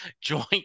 joint